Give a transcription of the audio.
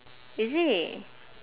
is it